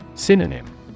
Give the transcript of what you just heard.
Synonym